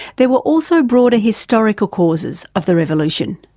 there were also broader historical causes of the revolution.